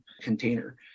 container